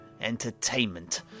entertainment